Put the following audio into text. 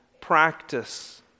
practice